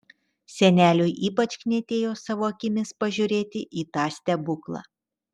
seneliui ypač knietėjo savo akimis pažiūrėti į tą stebuklą